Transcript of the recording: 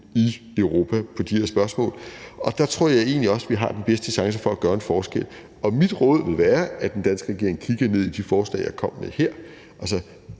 i Europa på de her spørgsmål, og der tror jeg egentlig også vi har den bedste chance for at gøre en forskel. Mit råd vil være, at den danske regering kigger ned i de forslag, jeg kom med her, altså